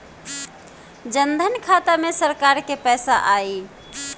जनधन खाता मे सरकार से पैसा आई?